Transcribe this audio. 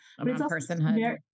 personhood